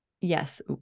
Yes